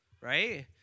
right